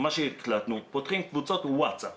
והחלטנו לפתוח קבוצות וואטס אפ.